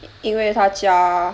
因为他家